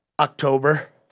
October